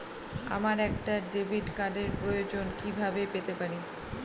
আমার একটা ডেবিট কার্ডের প্রয়োজন কিভাবে পেতে পারি?